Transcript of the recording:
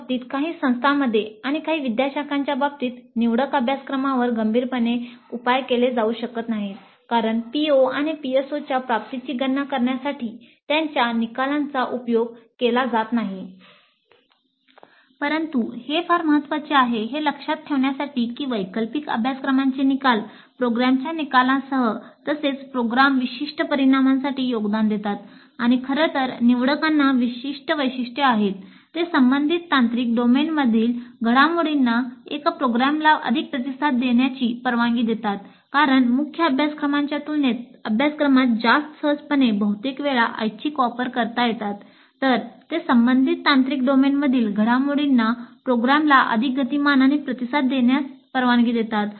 बंद करणे आवश्यक आहे